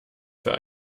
für